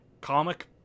comic